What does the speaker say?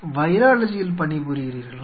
வைராலஜியில் பணிபுரிகிறீர்களா